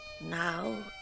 now